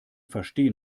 verstehen